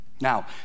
Now